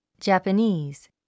Japanese